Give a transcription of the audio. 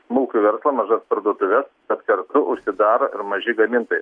smulkų verslą mažas parduotuves bet kartu užsidaro ir maži gamintojai